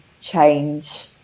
change